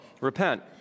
repent